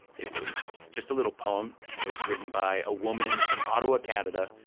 it was just a little poem. it was written by a woman from ottawa, canada,